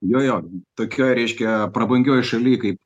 jo jo tokioj reiškia prabangioji šaly kaip